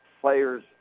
players